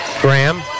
Graham